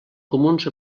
comuns